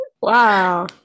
wow